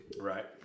Right